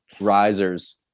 risers